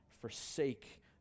forsake